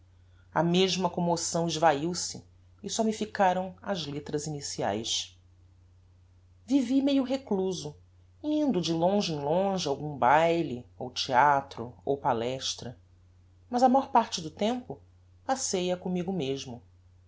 a mesma commoção esvaiu-se e só me ficaram as lettras iniciaes vivi meio recluso indo de longe em longe a algum baile ou theatro ou palestra mas a mór parte do tempo passei a commigo mesmo